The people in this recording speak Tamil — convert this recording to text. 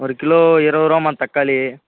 ஒரு கிலோ இருபதுருவாம்மா தக்காளி